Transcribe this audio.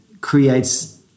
creates